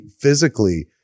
physically